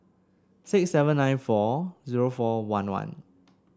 six seven nine four zero four one one